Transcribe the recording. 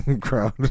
crowd